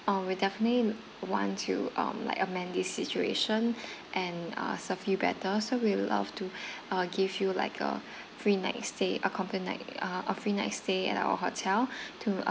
oh we definitely want to um like amend this situation and uh serve you better so we would like uh to give you like a free night stay a comple~ night uh a free night stay at our hotel to